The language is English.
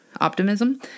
optimism